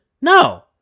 No